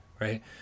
right